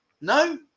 no